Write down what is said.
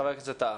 חבר הכנסת טאהא,